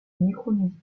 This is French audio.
micronésie